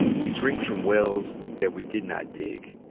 we drink from wells that we did not dig.